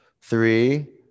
Three